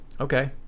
Okay